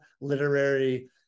literary